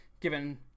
given